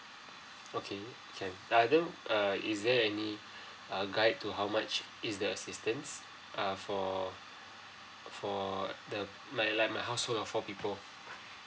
okay can uh then err is there any err guide to how much is the assistance uh for for the like like my house hold of four people